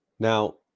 Now